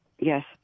Yes